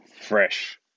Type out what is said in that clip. fresh